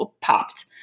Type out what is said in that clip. popped